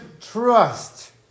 trust